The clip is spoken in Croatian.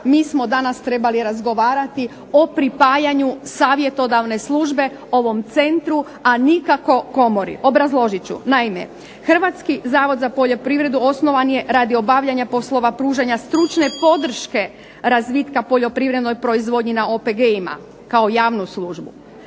mi smo danas trebali razgovarati o pripajanju Savjetodavne službe ovom centru, a nikako komori. Obrazložit ću. Naime, Hrvatski zavod za poljoprivredu osnovan je obavljanja poslova stručne podrške razvitka poljoprivrednoj proizvodnji na OPG-ima kao javnu službu,